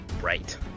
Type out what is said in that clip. right